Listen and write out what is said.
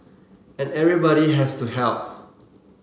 and everybody has to help